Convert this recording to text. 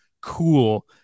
cool